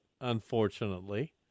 unfortunately